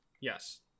Yes